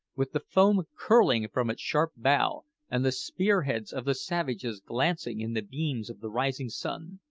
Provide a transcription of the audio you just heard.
with the foam curling from its sharp bow, and the spear-heads of the savages glancing in the beams of the rising sun.